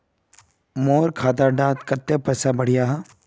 मोर खाता डात कत्ते पैसा बढ़ियाहा?